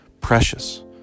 precious